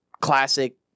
classic